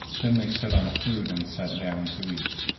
then they set on food and sat down, to eat.